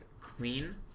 clean